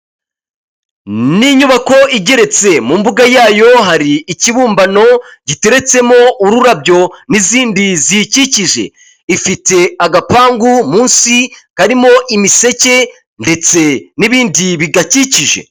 Ni inyubako igeretse mu mbuga yayo hari ikibumbano giteretsemo ururabyo n'izindi ziyikikije ifite agapangu munsi karimo imiseke ndetse n'ibindi bigakikije.